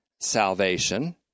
salvation